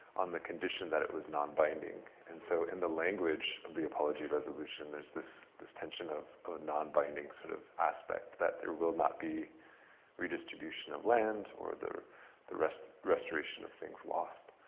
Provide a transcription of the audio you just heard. on the condition that it was non-binding. and so in the language of the apology resolution, there's this this tension of a non-binding sort of aspect, that there will not be redistribution of land or the the restoration of things lost.